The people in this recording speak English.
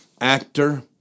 actor